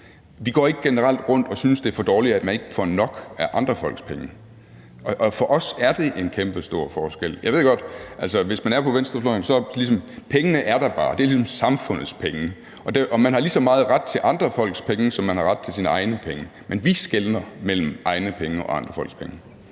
Vi går generelt ikke rundt og synes, at det er for dårligt, at man ikke får nok af andre folks penge. For os er der en kæmpestor forskel. Jeg ved godt, at hvis man er på venstrefløjen, så er pengene der ligesom bare, og det er ligesom samfundets penge, og man har lige så meget ret til andre folks penge, som man har ret til sine egne penge, men vi skelner mellem egne penge og andre folks penge.